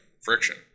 Friction